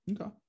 Okay